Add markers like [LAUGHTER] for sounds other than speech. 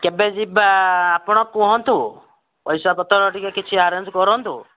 କେବେ ଯିବା [UNINTELLIGIBLE] ଆପଣ କୁହନ୍ତୁ ପଇସାପତ୍ର ଟିକେ କିଛି ଆରେଞ୍ଜ୍ କରନ୍ତୁ